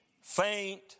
faint